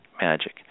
magic